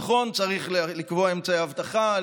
נכון, צריך לקבוע אמצעי אבטחה.